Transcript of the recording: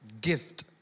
gift